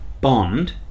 Bond